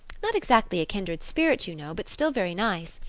not exactly a kindred spirit, you know, but still very nice.